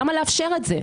למה לאפשר את זה?